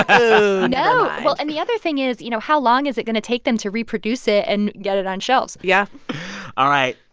ah no. well, and the other thing is, you know, how long is it going to take them to reproduce it and get it on shelves? yeah all right,